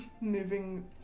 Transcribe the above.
moving